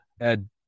ed